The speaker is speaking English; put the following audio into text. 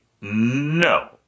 No